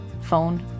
phone